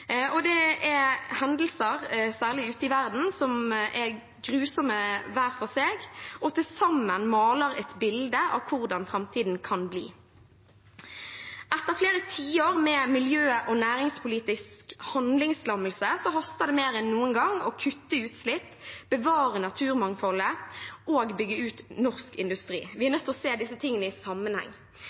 Det er hendelser, særlig ute i verden, som er grusomme hver for seg, og som til sammen maler et bilde av hvordan framtiden kan bli. Etter flere tiår med miljø- og næringspolitisk handlingslammelse haster det mer enn noen gang å kutte utslipp, bevare naturmangfoldet og bygge ut norsk industri. Vi er nødt til å se disse tingene i sammenheng.